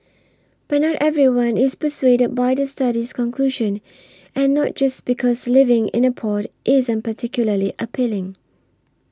but not everyone is persuaded by the study's conclusion and not just because living in a pod isn't particularly appealing